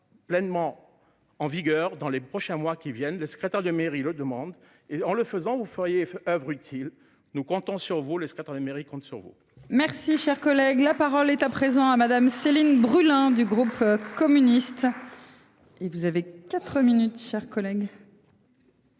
pleinement en vigueur dans les prochains mois qui viennent de secrétaire de mairie le demande et en le faisant vous feriez oeuvre utile. Nous comptons sur vous. Les secrétaires de mairie compte sur vos. Merci, cher collègue, la parole est à présent à madame Céline Brulin, du groupe communiste. Et vous avez 4 minutes, chers collègues.